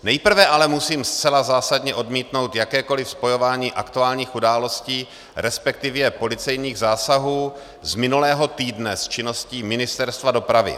Nejprve ale musím zcela zásadně odmítnout jakékoliv spojování aktuálních událostí, respektive policejních zásahů z minulého týdne, s činností Ministerstva dopravy.